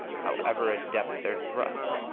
however adept their thrusts.